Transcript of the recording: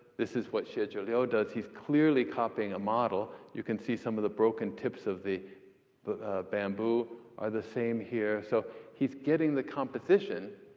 this is what xie zhiliu does. he's clearly copying a model. you can see some of the broken tips of the but bamboo are the same here, so he's getting the composition.